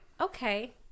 okay